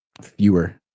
fewer